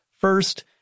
First